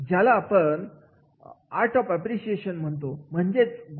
ज्याला आपण art of appreciation म्हणतो म्हणजेच गुणग्राहकता